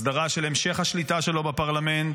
הסדרה של המשך השליטה שלו בפרלמנט,